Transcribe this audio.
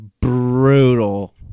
brutal